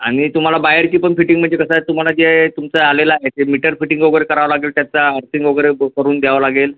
आणि तुम्हाला बाहेरची पण फिटिंग म्हणजे कसं आहे तुम्हाला जे तुमचं आलेलं आहे ते मीटर फिटिंग वगैरे करावं लागेल त्याचा आर्थिंग वगैरे करून द्यावं लागेल